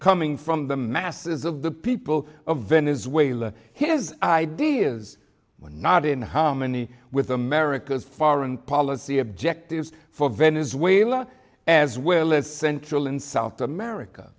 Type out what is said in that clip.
coming from the masses of the people of venezuela his ideas were not in harmony with america's foreign policy objectives for venezuela as well as central and south america